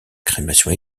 crémation